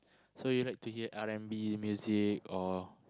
so you like to hear R-and-B music or